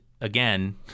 again